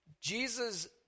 Jesus